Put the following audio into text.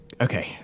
Okay